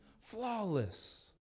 Flawless